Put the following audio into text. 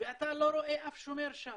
ואתה לא רואה אף שומר שם,